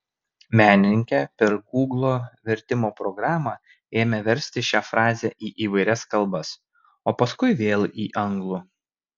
menininkė per gūglo vertimo programą ėmė versti šią frazę į įvairias kalbas o paskui vėl į anglų